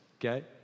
Okay